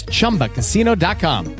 ChumbaCasino.com